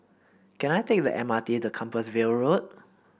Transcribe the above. can I take the M R T to Compassvale Road